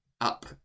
up